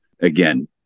again